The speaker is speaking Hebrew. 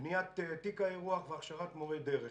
בניית תיק האירוח והכשרת מורי דרך.